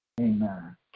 Amen